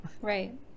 right